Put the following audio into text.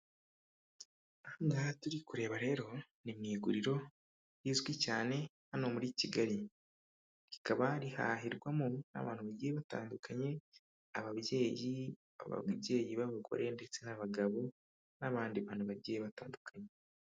Aha ngaha turi kureba rero ni mu iguriro rizwi cyane hano muri Kigali, rikaba rihahirwamo n'abantu bagiye batandukanye ababyeyi, ababyeyi b'abagore ndetse n'abagabo n'abandi bantu bagiye batandukanye.